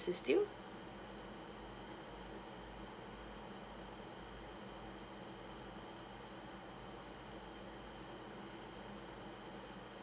assist you